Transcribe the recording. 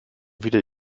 wieder